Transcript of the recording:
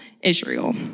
Israel